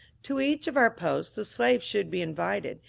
to each of our posts the slaves should be invited,